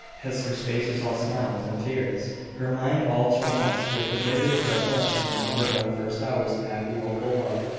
hester's face was all smiles and tears her mind all tumult with the vivid recollection of her own first hours of happy hopeful love,